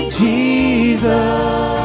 jesus